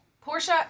Portia